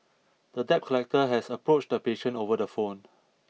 the debt collector had approached the patient over the phone